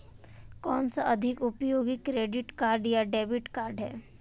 कौनसा अधिक उपयोगी क्रेडिट कार्ड या डेबिट कार्ड है?